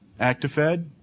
ActiFed